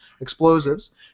explosives